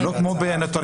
זה לא כמו בנוטריונים.